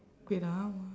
wait ah